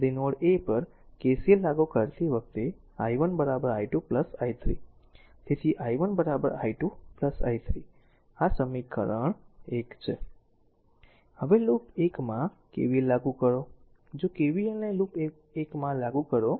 તેથી node a પર KCL લાગુ કરતી વખતે i1 i2 i3 તેથી i1 i2 i3 આ સમીકરણ 1 છે હવે લૂપ 1 માં KVL લાગુ કરો જો KVLને લૂપ 1 માં લાગુ કરો